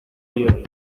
oyeron